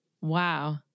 Wow